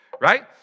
right